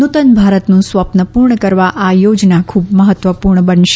નુતન ભારતનું સ્વપ્ન પૂર્ણ કરવા આ યોજના ખૂબ મહત્વપૂર્ણ બનશે